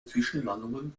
zwischenlandungen